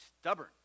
stubborn